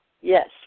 yes